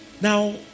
Now